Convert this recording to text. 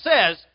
says